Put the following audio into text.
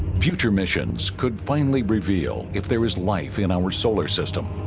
future missions could finally reveal if there is life in our solar system